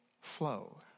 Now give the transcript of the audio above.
flow